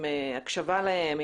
עם הקשבה להם,